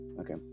Okay